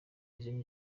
izindi